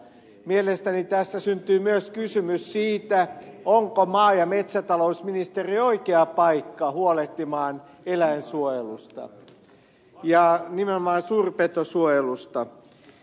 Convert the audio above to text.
mielestäni tässä syntyy myös kysymys siitä onko maa ja metsätalousministeriö oikea paikka huolehtimaan eläinsuojelusta nimenomaan suurpetosuojelusta